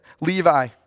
Levi